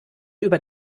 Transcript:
über